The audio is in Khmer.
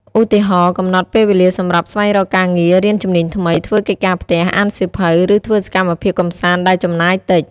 ឧទាហរណ៍ កំណត់ពេលវេលាសម្រាប់ស្វែងរកការងារ រៀនជំនាញថ្មី ធ្វើកិច្ចការផ្ទះ អានសៀវភៅ ឬធ្វើសកម្មភាពកម្សាន្តដែលចំណាយតិច។